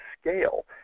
scale